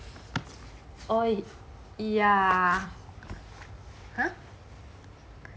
oh ya !huh!